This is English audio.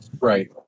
right